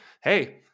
hey